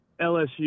LSU